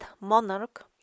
monarch